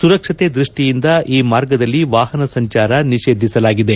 ಸುರಕ್ಷತೆ ದೃಷ್ಟಿಯಿಂದ ಈ ಮಾರ್ಗದಲ್ಲಿ ವಾಹನ ಸಂಚಾರ ನಿಷೇಧಿಸಲಾಗಿದೆ